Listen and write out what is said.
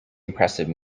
impressive